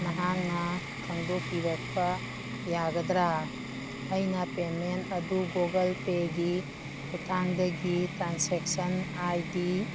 ꯅꯍꯥꯛꯅ ꯈꯪꯗꯣꯛꯄꯤꯔꯛꯄ ꯌꯥꯒꯗ꯭ꯔ ꯑꯩꯅ ꯄꯦꯃꯦꯟ ꯑꯗꯨ ꯒꯣꯒꯜ ꯄꯦꯒꯤ ꯈꯨꯊꯥꯡꯗꯒꯤ ꯇ꯭ꯔꯥꯟꯁꯦꯛꯁꯟ ꯑꯥꯏ ꯗꯤ